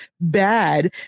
bad